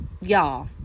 Y'all